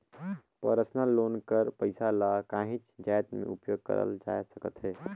personal loan कर पइसा ल काहींच जाएत में उपयोग करल जाए सकत अहे